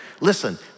listen